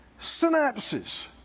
Synapses